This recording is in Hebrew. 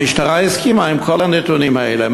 המשטרה הסכימה עם כל הנתונים האלה.